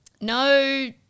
No